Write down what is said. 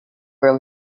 were